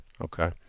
okay